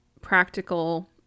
practical